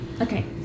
Okay